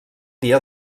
dia